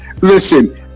Listen